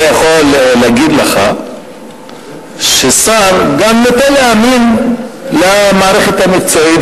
אני יכול להגיד לך ששר גם נוטה להאמין למערכת המקצועית,